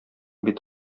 бит